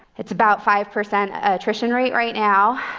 it's about five percent attrition rate right now.